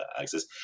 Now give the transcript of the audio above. access